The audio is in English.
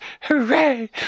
Hooray